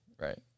Right